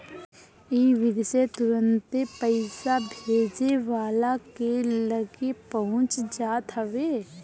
इ विधि से तुरंते पईसा भेजे वाला के लगे पहुंच जात हवे